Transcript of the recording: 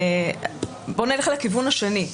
נלך לכיוון השני.